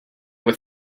were